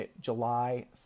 July